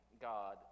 God